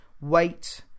wait